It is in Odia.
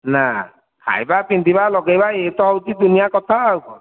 ନା ଖାଇବା ପିନ୍ଧିବା ଲଗାଇବା ଏଇତ ହେଉଛି ଦୁନିଆ କଥା ଆଉ କ'ଣ